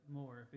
more